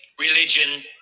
religion